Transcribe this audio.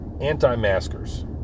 anti-maskers